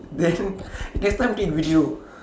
then next time take video